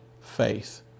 faith